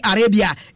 Arabia